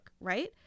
Right